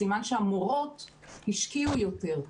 סימן שהמורות השקיעו יותר,